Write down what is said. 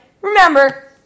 Remember